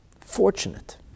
fortunate